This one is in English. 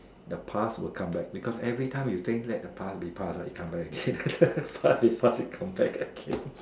the past will come back because every time you think let the past be the past ah it come back again past is past come back again